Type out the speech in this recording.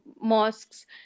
mosques